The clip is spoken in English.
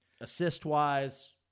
assist-wise –